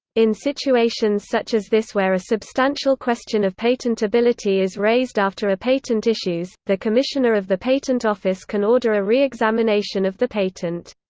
in situations such as this where a substantial question of patentability is raised after a patent issues, the commissioner of the patent office can order a reexamination of the patent.